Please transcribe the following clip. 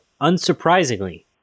unsurprisingly